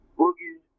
Boogie